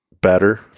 better